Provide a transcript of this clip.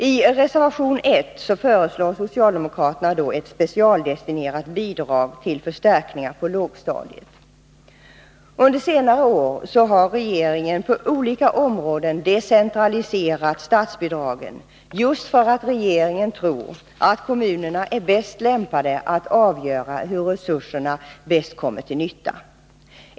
I reservation 1 föreslår socialdemokraterna ett specialdestinerat bidrag för förstärkningar till lågstadiet. Under senare år har regeringen på olika områden decentraliserat statsbidragen just därför att regeringen tror att kommunerna är bäst lämpade att avgöra var resurserna kommer till största nyttan.